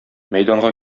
мәйданга